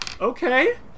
okay